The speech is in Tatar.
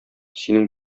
синең